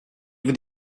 vous